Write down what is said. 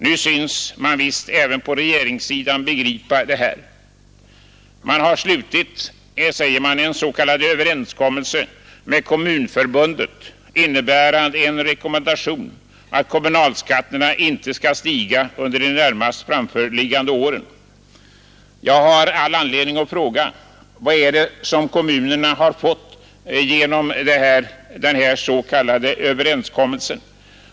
Man synes nu även på regeringssidan begripa att detta är nödvändigt. Man säger att man har träffat överenskommelse med Kommunförbundet, vilken innebär en rekommendation att kommunalskatterna inte skall stiga under de närmast framförliggande åren. Jag har då anledning fråga: Vad är det som kommunerna har fått genom denna s.k. överenskommelse?